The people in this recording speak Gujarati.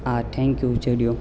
આ થેન્ક યુ ઝુડિયો